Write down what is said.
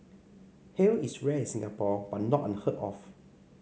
hail is rare in Singapore but not unheard of